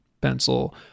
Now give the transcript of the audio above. pencil